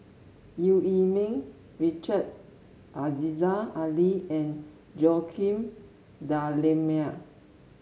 Eu Yee Ming Richard Aziza Ali and Joaquim D'Almeida